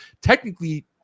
technically